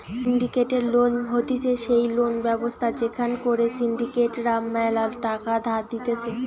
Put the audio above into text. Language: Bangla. সিন্ডিকেটেড লোন হতিছে সেই লোন ব্যবস্থা যেখান করে সিন্ডিকেট রা ম্যালা টাকা ধার দিতেছে